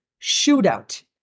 shootout